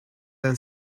then